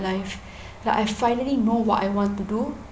life like I finally know what I want to do